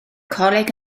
coleg